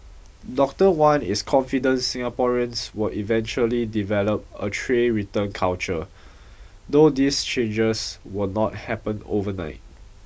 Doctor Wan is confident Singaporeans will eventually develop a tray return culture though these changes will not happen overnight